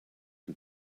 and